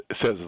says